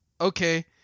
okay